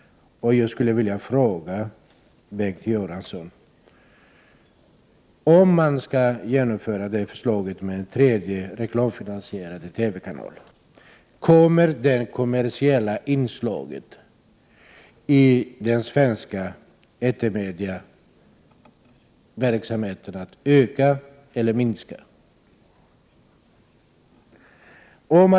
Jag skulle vilja fråga Bengt Göransson: Om man genomför förslaget med en tredje, reklamfinansierad TV-kanal, kommer då det kommersiella inslaget i svenska etermedia att öka eller minska?